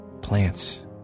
plants